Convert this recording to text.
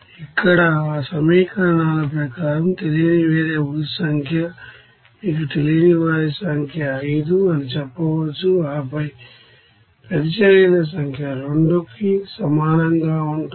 ఇక్కడ ఆ సమీకరణాల ప్రకారం తెలియని వేరియబుల్స్ సంఖ్య మీకు తెలియని వారి సంఖ్య 5 అని చెప్పవచ్చు ఆపై ప్రతిచర్యల సంఖ్య 2 కి సమానంగా ఉంటుంది